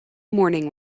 morning